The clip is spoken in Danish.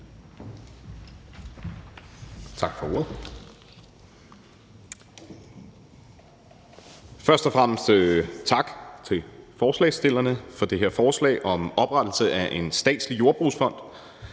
Tak for ordet. Først og fremmest vil jeg sige tak til forslagsstillerne for det her forslag om oprettelse af en statslig jordbrugsfond.